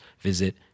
visit